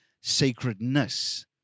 sacredness